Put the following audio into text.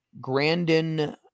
Grandin